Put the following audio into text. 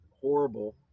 horrible